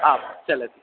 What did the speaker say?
आं चलति